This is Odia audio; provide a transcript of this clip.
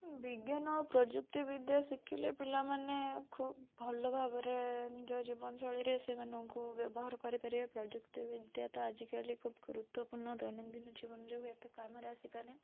ବିଜ୍ଞାନ ପ୍ରଯୁକ୍ତିବିଦ୍ୟା ଶିଖିଲେ ପିଲାମାନେ ଖୁବ ଭଲ ଭାବରେ ନିଜ ଜୀବନଶୈଳୀ ରେ ସେମାନଙ୍କୁ ବ୍ୟବହାର କରିପାରିବେ ପ୍ରଯୁକ୍ତିବିଦ୍ୟା ତ ଆଜିକାଲି ଖୁବ ଗୁରୁତ୍ୱପୂର୍ଣ୍ଣ ଦୈନଦିନ ଜୀବନରେ ବି ଏତେ କାମ ରେ ଆସିପାରେ